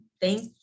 thank